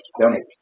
Donate